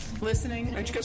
Listening